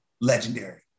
Legendary